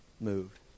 moved